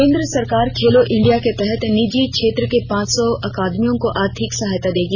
केन्द्र सरकार खेलो इंडिया के तहत निजी क्षेत्र की पांच सौ अकादमियों को आर्थिक सहायता देगी